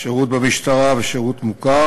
מס' 7 והוראת שעה) (שירות במשטרה ושירות מוכר)